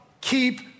keep